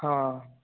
हाँ